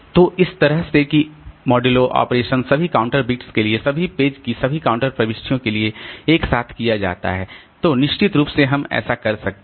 तो इस तरह से कि माड्यूलो ऑपरेशन सभी काउंटर बिट्स के लिए सभी पेज की सभी काउंटर प्रविष्टियों के लिए एक साथ किया जाता है तो निश्चित रूप से हम ऐसा कर सकते हैं